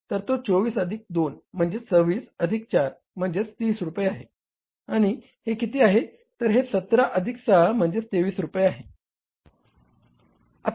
तर तो 24 अधिक 2 म्हणजेच 26 अधिक 4 म्हणजेच 30 रुपये आहे आणि हे किती आहे तर हे 17 अधिक 6 म्हणजेच 23 रुपये आहे